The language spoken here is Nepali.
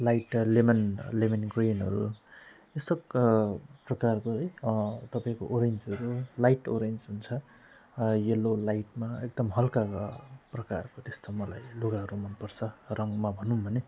लाइट लेमन लेमन ग्रिनहरू यो सब प्रकारको है तपाईँको ओरेन्जहरू लाइट ओरेन्ज हुन्छ यल्लो लाइटमा एकदम हलका प्रकारको त्यस्तो मलाई लुगाहरू मनपर्छ रङमा भनौँ भने